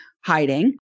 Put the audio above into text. hiding